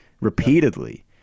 repeatedly